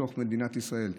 בתוך מדינת ישראל?